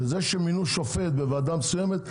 זה שמינו שופט בוועדה מסוימת,